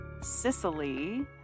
Sicily